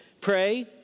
Pray